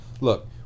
look